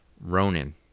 Ronan